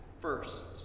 first